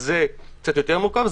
זה קצת יותר מורכב.